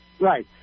Right